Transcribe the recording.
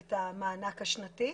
את המענק השנתי.